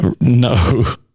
No